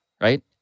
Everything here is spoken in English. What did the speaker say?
right